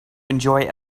enjoy